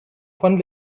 von